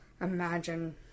imagine